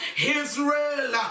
Israel